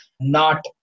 not-